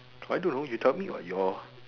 I don't know you tell me what your